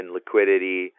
liquidity